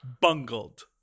bungled